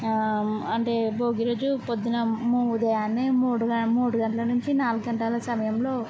అంటే భోగి రోజు పొద్దున్న మూ ఉదయాన్నే మూడు గ మూడు గంటల నుంచి నాలుగు గంటల సమయంలో